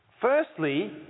Firstly